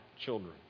children